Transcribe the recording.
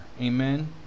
Amen